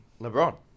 LeBron